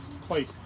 place